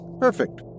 Perfect